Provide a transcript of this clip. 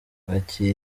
kwakira